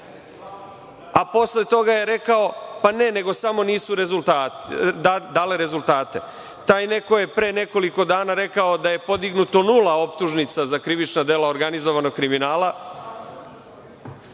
a posle toga je rekao pa ne samo nisu dale rezultate. Taj neko je pre nekoliko dana rekao da je podignuto nula optužnica za krivična dela organizovanog kriminala